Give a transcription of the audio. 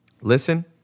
listen